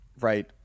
Right